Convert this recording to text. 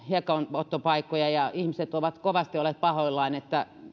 hiekanottopaikkoja ja ihmiset ovat kovasti olleet pahoillaan että